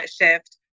shift